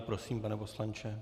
Prosím, pane poslanče.